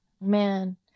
man